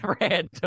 random